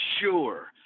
sure